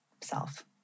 self